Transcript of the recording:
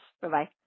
Bye-bye